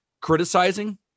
criticizing